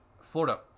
Florida